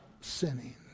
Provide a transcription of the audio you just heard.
sinning